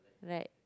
like